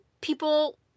people